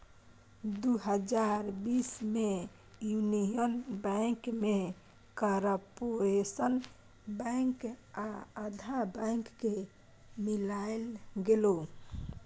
दु हजार बीस मे युनियन बैंक मे कारपोरेशन बैंक आ आंध्रा बैंक केँ मिलाएल गेलै